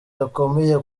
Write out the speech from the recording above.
gakomeye